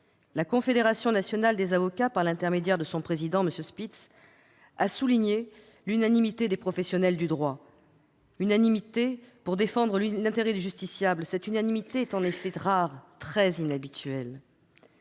La Confédération nationale des avocats, par l'intermédiaire de son président, M. Spitz, a souligné l'unanimité des professionnels du droit pour défendre l'intérêt du justiciable. Cette unanimité est en effet rare, très inhabituelle.